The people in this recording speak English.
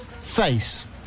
Face